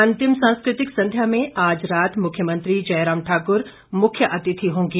अंतिम सांस्कृतिक संध्या में आज रात मुख्यमंत्री जयराम ठाक्र मुख्य अतिथि होंगे